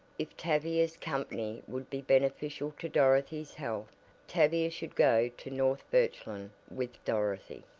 if tavia's company would be beneficial to dorothy's health tavia should go to north birchland with dorothy.